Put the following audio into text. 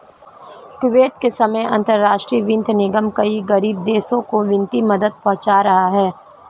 Kuwait के समय अंतरराष्ट्रीय वित्त निगम कई गरीब देशों को वित्तीय मदद पहुंचा रहा है